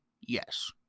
Yes